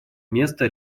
место